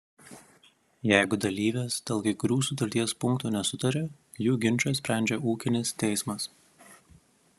jeigu dalyvės dėl kai kurių sutarties punktų nesutaria jų ginčą sprendžia ūkinis teismas